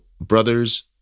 brothers